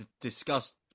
discuss